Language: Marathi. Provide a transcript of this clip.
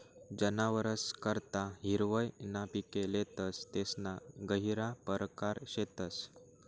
जनावरस करता हिरवय ना पिके लेतस तेसना गहिरा परकार शेतस